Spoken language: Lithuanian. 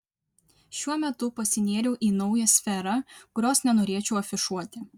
šiuo metu pasinėriau į naują sferą kurios nenorėčiau afišuoti